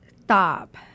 Stop